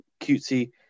cutesy